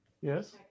Yes